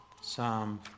Psalm